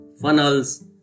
funnels